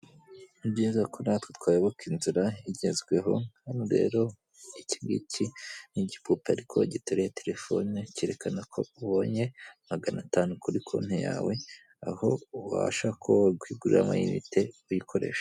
Nibyiza ko natwe twayoboka inzira igezweho, hano rero iki ngiki ni igipupe ariko giteruye telefone, cyerekana ko ubonye magana atanu kuri konti yawe, aho ubasha kuba wakwigurira amayinite uyikoresha.